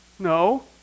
No